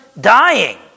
dying